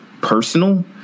personal